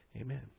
Amen